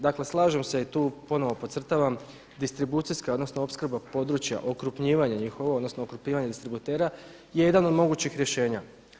Dakle, slažem se i tu ponovo podcrtavam distribucijska, odnosno opskrba područja, okrupnjivanje njihovo, odnosno okrupnjivanje distributera je jedan od mogućih rješenja.